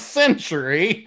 century